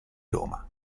roma